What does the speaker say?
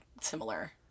similar